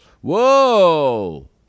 Whoa